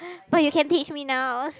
but you can teach me now